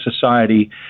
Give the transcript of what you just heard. society